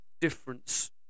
difference